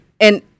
And-